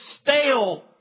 stale